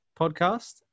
podcast